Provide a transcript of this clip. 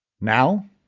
Now